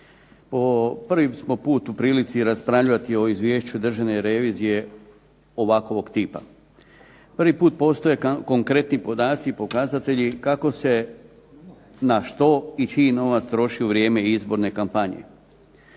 Prvi smo put u prilici raspravljati o izvješću Državne revizije ovakvog tipa. Prvi put postoje konkretni podaci i pokazatelji kako se na što i čiji novac troši u vrijeme izborne kampanje.